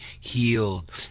healed